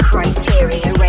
Criteria